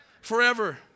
Forever